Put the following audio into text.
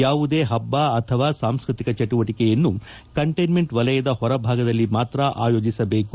ಯಾವುದೇ ಹಬ್ಬ ಅಥವಾ ಸಾಂಸ್ಕೃತಿಕ ಚಟುವಟಿಕೆಯನ್ನು ಕಂಟೈನ್ಮೆಂಟ್ ವಲಯದ ಹೊರಭಾಗದಲ್ಲಿ ಮಾತ್ರ ಆಯೋಜಿಸಬೇಕು